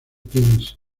kings